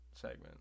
segment